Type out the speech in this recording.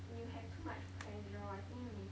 you have too much pressure I think it's